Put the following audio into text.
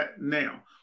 now